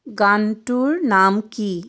গানটোৰ নাম কি